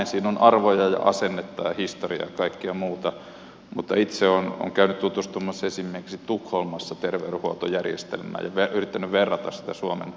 siinä on arvoja ja asennetta ja historiaa ja kaikkea muuta mutta itse olen käynyt tutustumassa esimerkiksi tukholmassa terveydenhuoltojärjestelmään ja yrittänyt verrata sitä suomen malliin